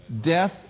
Death